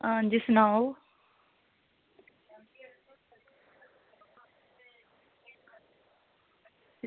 हां जी सनाओ